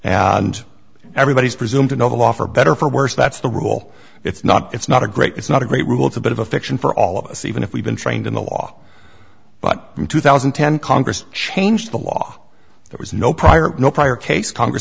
and everybody's presume to know the law for better or for worse that's the rule it's not it's not a great it's not a great rules a bit of a fiction for all of us even if we've been trained in the law but in two thousand and ten congress changed the law there was no prior no prior case congress